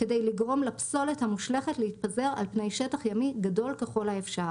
כדי לגרום לפסולת המושלכת להתפזר על פני שטח ימי גדול ככל האפשר,